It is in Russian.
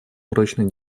прочной